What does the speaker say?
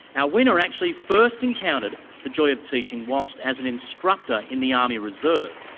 our winner actually first encountered the joy of teaching whilst as an instructor in the army reserve,